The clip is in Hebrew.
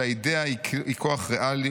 שהאידיאה היא כוח ריאלי,